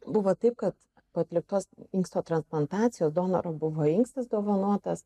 buvo taip kad po atliktos inksto transplantacijos donoro buvo inkstas dovanotas